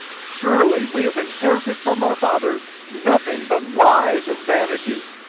surely we have inherited from our fathers nothing but lies and vanity.